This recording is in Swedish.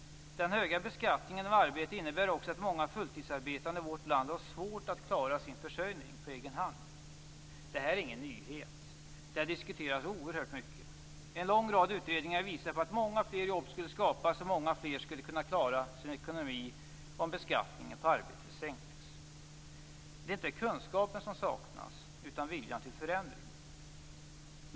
Den höga beskattningen av arbete innebär också att många fulltidsarbetande i vårt land har svårt att klara sin försörjning på egen hand. Det här är ingen nyhet, det diskuteras oerhört mycket. En lång rad utredningar visar att många fler jobb skulle skapas och många fler skulle kunna klara sin ekonomi om beskattningen på arbete sänktes. Det är inte kunskapen som saknas, utan viljan till förändring.